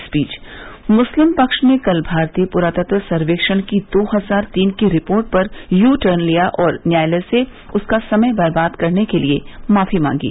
इस बीच मुस्लिम पक्ष ने कल भारतीय पुरातत्व सर्वेक्षण की दो हजार तीन की रिपोर्ट पर यूटर्न लिया और न्यायालय से उसका समय बर्बाद करने के लिए माफी मांगी